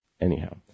Anyhow